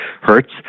hurts